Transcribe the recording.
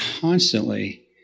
constantly